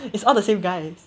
it's all the same guys